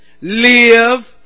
live